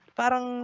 parang